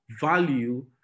value